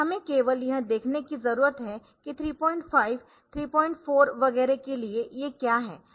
हमें केवल यह देखने की जरूरत है कि 35 34 वगैरह के लिए ये क्या है